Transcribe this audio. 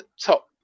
top